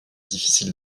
difficile